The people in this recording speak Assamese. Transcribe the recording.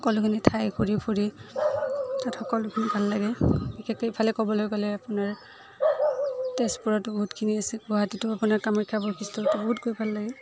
সকলোখিনি ঠাই ঘূৰি ফুৰি তাত সকলোখিনি ভাল লাগে বিশেষকৈ ইফালে ক'বলৈ গ'লে আপোনাৰ তেজপুৰতো বহুতখিনি আছে গুৱাহাটীতো আপোনাৰ কামাখ্যা বশিষ্ঠাটো বহুত গৈ ভাল লাগে